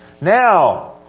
Now